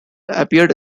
appeared